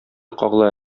кагыла